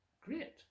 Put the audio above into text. Great